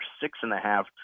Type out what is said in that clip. six-and-a-half